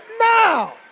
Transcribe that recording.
now